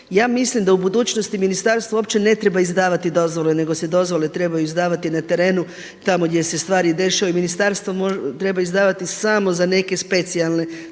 Ja mislim da u budućnosti ministarstvo uopće ne treba izdavati dozvole nego se dozvole trebaju izdavati na terenu tamo gdje se stvari dešavaju. Ministarstvo treba izdavati samo za neke specijalne stvari,